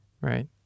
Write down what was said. right